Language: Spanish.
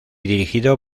dirigido